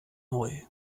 neu